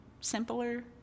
simpler